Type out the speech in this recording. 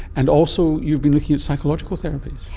and also you've been looking at psychological therapies.